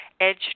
Edge